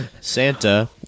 Santa